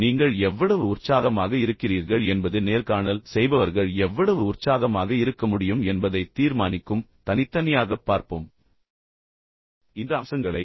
எனவே நீங்கள் எவ்வளவு உற்சாகமாக இருக்கிறீர்கள் என்பது நேர்காணல் செய்பவர்கள் எவ்வளவு உற்சாகமாக இருக்க முடியும் என்பதைத் தீர்மானிக்கும் தனித்தனியாகப் பார்ப்போம் இந்த அம்சங்களை